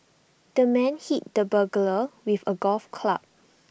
the man hit the burglar with A golf club